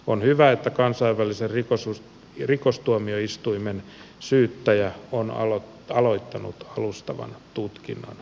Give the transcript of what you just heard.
on hyvä että kansainvälisen rikostuomioistuimen syyttäjä on aloittanut alustavan tutkinnan asiasta